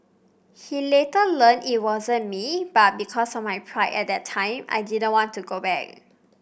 he later learned it wasn't me but because of my pride at that time I didn't want to go back